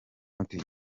muti